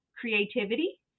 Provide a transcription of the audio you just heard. creativity